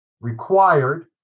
required